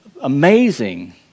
amazing